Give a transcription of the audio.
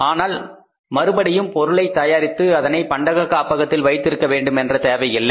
ஆனால் மறுபடியும் பொருளை தயாரித்து அதனை பண்டக காப்பகத்தில் வைத்திருக்க வேண்டும் என்ற தேவை இல்லை